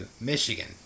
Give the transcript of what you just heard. Michigan